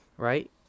Right